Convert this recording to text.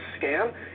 scam